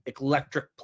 electric